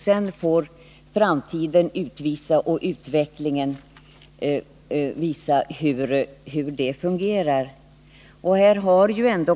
Sedan får framtiden utvisa hur det fungerar.